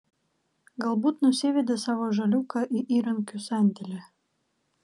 galbūt nusivedė savo žaliūką į įrankių sandėlį